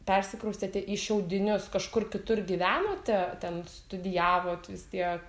persikraustėte į šiaudinius kažkur kitur gyvenote ten studijavot vis tiek